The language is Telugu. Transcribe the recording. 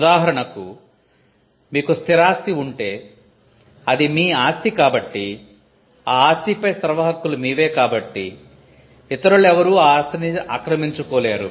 ఉదాహరణకు మీకు స్థిరాస్తి వుంటే అది మీ ఆస్తి కాబట్టి ఆ ఆస్తిపై సర్వహక్కులు మీవే కాబట్టి ఇతరులెవరు ఆ ఆస్తిని ఆక్రమించుకోలేరు